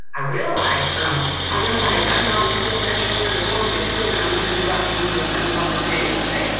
i realized um i realized i knew i was sick right before the covid too, and i and remember dr. mills coming over and saying, you're sick,